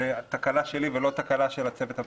זו תקלה שלי ולא תקלה של הצוות המשפטי.